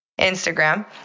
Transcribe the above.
Instagram